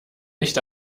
nicht